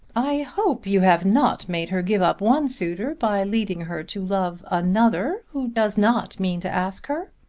i hope you have not made her give up one suitor by leading her to love another who does not mean to ask her.